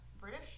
British